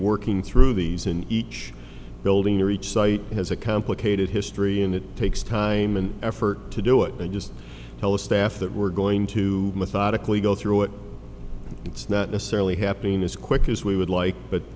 working through these and each building or each site has a complicated history and it takes time and effort to do it i just tell a staff that we're going to methodically go through it it's not necessarily happiness quick as we would like but